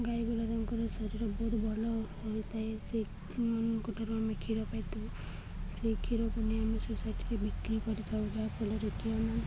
ଗାଈ ତାଙ୍କର ଶରୀର ବହୁତ ଭଲ ହୋଇଥାଏ ସେଇ ସେମାନଙ୍କଠାରୁ ଆମେ କ୍ଷୀର ପାଇଥାଉ ସେଇ କ୍ଷୀର ପୁଣି ଆମେ ସୋସାଇଟିରେ ବିକ୍ରି କରିଥାଉ ଯାହା ଫଳରେ କିି ଆମେ